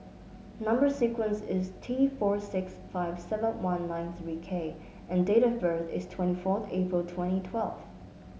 number sequence is T four six five seven one nine three K and date of birth is twenty fourth April twenty twelve